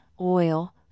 oil